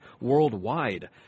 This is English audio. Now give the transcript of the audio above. worldwide